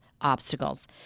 obstacles